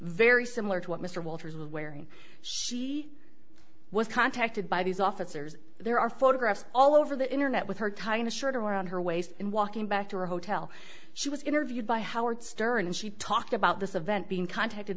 very similar to what mr walters was wearing she was contacted by these officers there are photographs all over the internet with her kind of short around her waist in walking back to her hotel she was interviewed by howard stern and she talked about this event being contacted